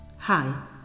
Hi